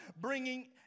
Bringing